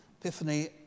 Epiphany